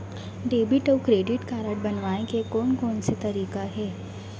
Debit अऊ credit card बनवाए के कोन कोन से तरीका हे?